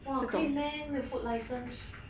!wah! 可以 meh 没有 food license